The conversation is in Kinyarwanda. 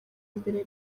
mbere